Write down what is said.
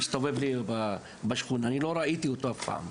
שמסתובב לי בשכונה, אני לא ראיתי אותו אף פעם,